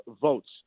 votes